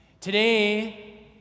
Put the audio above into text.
Today